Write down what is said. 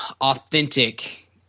authentic